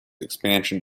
expansion